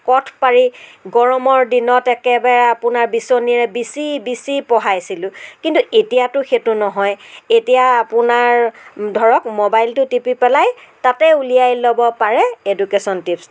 কঠ পাৰি গৰমৰ দিনত একেবাৰে আপোনাৰ বিচনীৰে বিচি বিচি পঢ়াইছিলোঁ কিন্তু এতিয়াতো সেইটো নহয় এতিয়া আপোনাৰ ধৰক মোবাইলটো টিপি পেলাই তাতেই উলিয়াই ল'ব পাৰে এডুকেশ্বন টিপছ